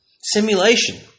Simulation